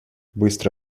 быстро